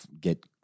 get